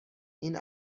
این